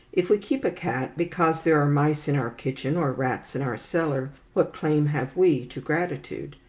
if we keep a cat because there are mice in our kitchen or rats in our cellar, what claim have we to gratitude?